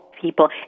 people